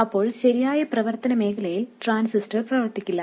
അപ്പോൾ ശരിയായ പ്രവർത്തന മേഖലയിൽ ട്രാൻസിസ്റ്റർ പ്രവർത്തിക്കില്ല